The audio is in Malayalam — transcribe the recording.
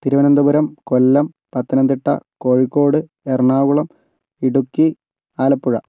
തിരുവനന്തപുരം കൊല്ലം പത്തനംതിട്ട കോഴിക്കോട് എറണാകുളം ഇടുക്കി ആലപ്പുഴ